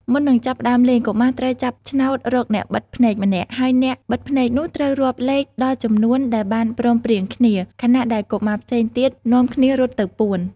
មុននឹងចាប់ផ្ដើមលេង កុមារត្រូវចាប់ឆ្នោតរកអ្នកបិទភ្នែកម្នាក់ ហើយអ្នកបិទភ្នែកនោះត្រូវរាប់លេខដល់ចំនួនដែលបានព្រមព្រៀងគ្នា ខណៈដែលកុមារផ្សេងទៀតនាំគ្នារត់ទៅពួន។